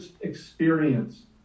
experience